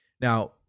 Now